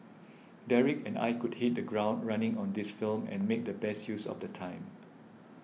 Derek and I could hit the ground running on this film and make the best use of the time